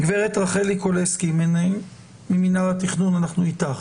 הגברת רחלי קולסקי, מינהל התכנון, בבקשה.